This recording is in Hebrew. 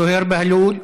זוהיר בהלול,